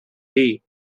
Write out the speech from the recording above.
dir